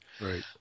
Right